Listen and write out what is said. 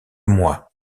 moi